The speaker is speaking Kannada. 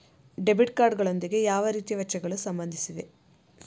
ಡೆಬಿಟ್ ಕಾರ್ಡ್ ಗಳೊಂದಿಗೆ ಯಾವ ರೀತಿಯ ವೆಚ್ಚಗಳು ಸಂಬಂಧಿಸಿವೆ?